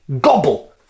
Gobble